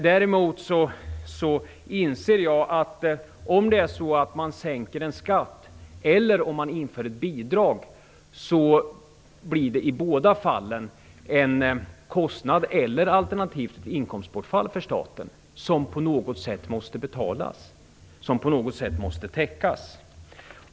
Däremot inser jag att om man inför ett bidrag eller om man sänker en skatt blir det i båda fallen en kostnad alternativt ett inkomstbortfall för staten som på något sätt måste betalas, som på något sätt måste täckas.